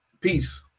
peace